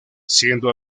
siendo